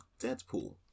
Deadpool